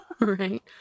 right